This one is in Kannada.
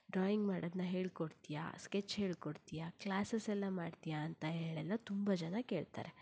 ಡ್ರಾಯಿಂಗ್ ಮಾಡದ್ನ ಹೇಳ್ಕೊಡ್ತಿಯಾ ಸ್ಕೆಚ್ ಹೇಳ್ಕೊಡ್ತಿಯಾ ಕ್ಲಾಸಸೆಲ್ಲ ಮಾಡ್ತೀಯಾ ಅಂತ ಹೇಳೆಲ್ಲ ತುಂಬ ಜನ ಕೇಳ್ತಾರೆ